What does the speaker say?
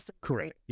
Correct